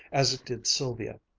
as it did sylvia.